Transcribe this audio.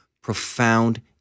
profound